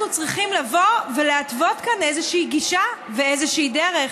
אנחנו צריכים לבוא ולהתוות כאן איזושהי גישה ואיזושהי דרך.